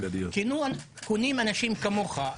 קונים אנשים כמוך.